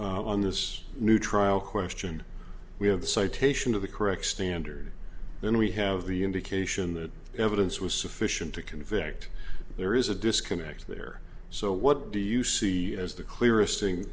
you on this new trial question we have the citation of the correct standard then we have the indication that evidence was sufficient to convict there is a disconnect there so what do you see as the clearest thing